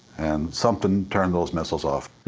and something turned those missiles off.